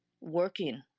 working